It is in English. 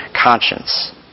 conscience